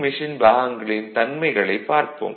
machine பாகங்களின் தன்மைகளைப் பார்ப்போம்